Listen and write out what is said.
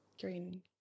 Green